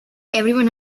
everyone